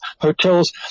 hotels